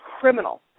criminal